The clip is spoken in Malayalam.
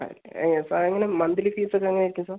അത് സാർ ഇങ്ങനെ മന്ത്ലി ഫീസ് ഇത് എങ്ങനെ ആയിരിക്കും സാർ